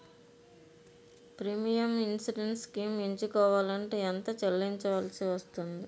Premium insurance schemes ఎంచుకోవలంటే ఎంత చల్లించాల్సివస్తుంది??